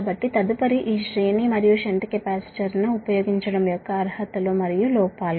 కాబట్టి తదుపరి ఈ శ్రేణి మరియు షంట్ కెపాసిటర్ ను ఉపయోగించడం యొక్క అర్హతలు మరియు లోపాలు